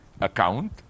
account